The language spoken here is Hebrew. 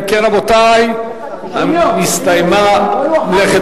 אם כן, רבותי, נסתיימה מלאכת